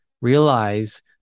realize